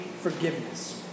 forgiveness